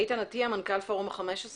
איתן אטיה, מנכ"ל פורום ה-15,